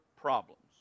problems